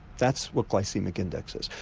that's what glycaemic index is.